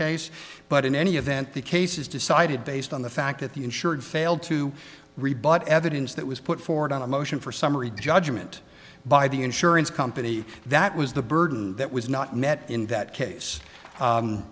case but in any event the case is decided based on the fact that the insured failed to rebut evidence that was put forward on a motion for summary judgment by the insurance company that was the burden that was not met in that case